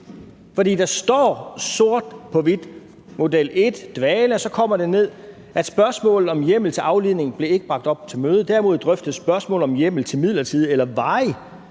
For der står sort på hvidt: Model 1 – dvale. Og så kommer det længere nede, at spørgsmålet om hjemmel til aflivning ikke blev bragt op ved mødet, men derimod drøftes spørgsmålet om hjemmel til midlertidig eller varig